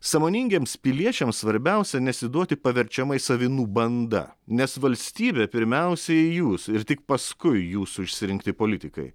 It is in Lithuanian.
sąmoningiems piliečiams svarbiausia nesiduoti paverčiamais avinų banda nes valstybė pirmiausiai jūs ir tik paskui jūsų išsirinkti politikai